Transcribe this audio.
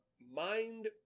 mind